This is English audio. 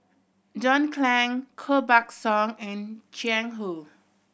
John Clang Koh Buck Song and Jiang Hu